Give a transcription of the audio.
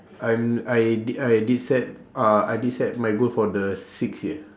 I'm I di~ I did set uh I did set my goal for the sixth year